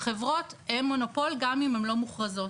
חברות הן מונופול גם אם הן לא מוכרזות,